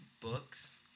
books